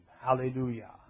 Hallelujah